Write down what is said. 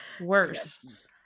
Worse